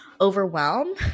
overwhelm